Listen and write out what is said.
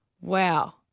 wow